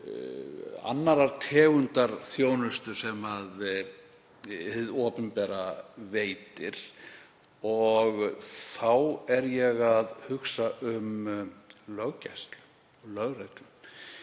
annarrar tegundar þjónustu sem hið opinbera veitir. Þá er ég að hugsa um löggæslu, lögreglu.